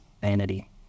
vanity